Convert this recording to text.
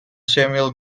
samuel